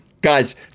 guys